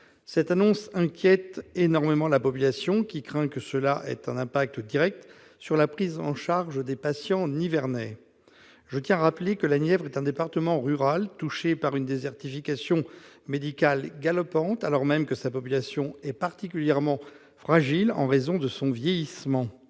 Cette annonce inquiète énormément la population, qui craint que cette décision n'ait un impact direct sur la prise en charge des patients nivernais. Je tiens à rappeler que la Nièvre est un département rural, touché par une désertification médicale galopante, alors même que sa population est particulièrement fragile en raison de son vieillissement.